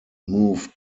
moved